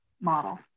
model